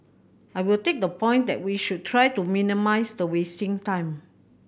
I will take the point that we should try to minimise the time